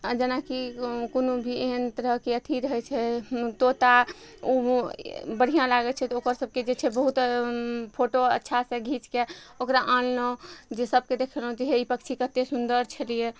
जेनाकि कोनो कोनो भी एहन तरहके अथी रहय छै तोता उ बढ़िआँ लागय छै तऽ ओकर सबके जे छै बहुत फोटो अच्छासँ घीचके ओकरा आनलहुँ जे सबके देखलहुँ जे हे ई पक्षी कते सुन्दर छलियै